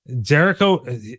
Jericho